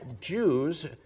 Jews